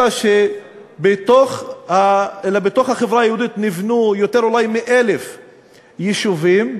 אלא שבתוך החברה היהודית נבנו יותר מ-1,000 יישובים,